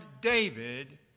David